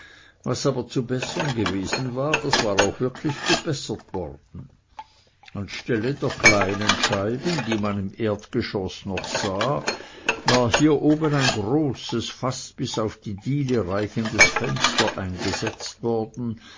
was aber zu bessern gewesen war das war auch wirklich gebessert worden an stelle der kleinen scheiben die man im erdgeschoß noch sah war hier oben ein großes bis fast auf die diele reichendes fenster eingesetzt worden